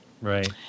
Right